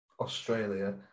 Australia